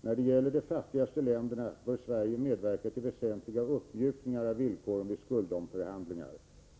När det gäller de fattigaste länderna bör Sverige medverka till väsentliga uppmjukningar av villkoren vid skuldomförhandlingar.